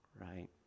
right